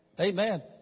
Amen